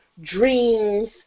dreams